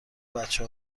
بچه